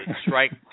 strike